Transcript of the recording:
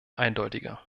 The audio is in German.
eindeutiger